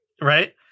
right